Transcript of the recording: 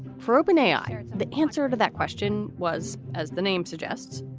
for opening eyes the answer to that question was, as the name suggests,